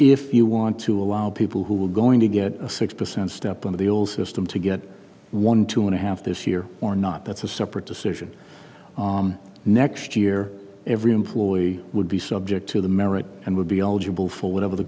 if you want to allow people who were going to get a six percent step of the old system to get one two and a half this year or not that's a separate decision next year every employee would be subject to the merit and would be eligible for whatever the